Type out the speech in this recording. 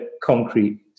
concrete